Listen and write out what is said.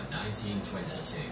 1922